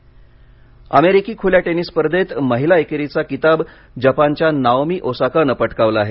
tennis अमेरिकी खुल्या tennis स्पर्धेत महिला एकेरीचा किताब जपानच्या नाओमी ओसाकानं पटकावला आहे